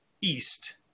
East